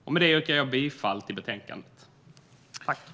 Med detta yrkar jag bifall till utskottets förslag.